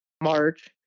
March